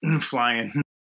flying